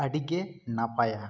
ᱟᱹᱰᱤ ᱜᱮ ᱱᱟᱯᱟᱭᱟ